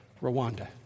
Rwanda